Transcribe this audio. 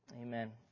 Amen